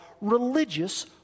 religious